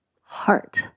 heart